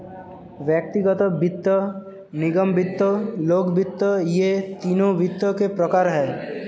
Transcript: व्यक्तिगत वित्त, निगम वित्त, लोक वित्त ये तीनों वित्त के प्रकार हैं